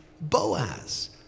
Boaz